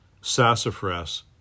sassafras